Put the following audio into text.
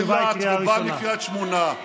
שבא מאילת ובא מקריית שמונה,